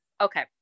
Okay